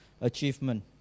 achievement